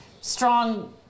strong